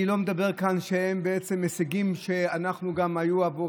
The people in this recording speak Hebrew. ואני לא מדבר כאן על כך שלהישגים היו עבורנו,